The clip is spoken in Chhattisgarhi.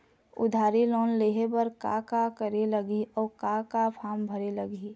उधारी लोन लेहे बर का का करे लगही अऊ का का फार्म भरे लगही?